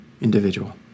individual